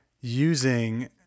using